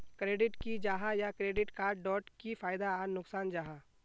Credit की जाहा या क्रेडिट कार्ड डोट की फायदा आर नुकसान जाहा?